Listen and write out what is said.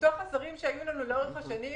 מתוך השרים שהיו לנו לאורך השנים,